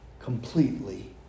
completely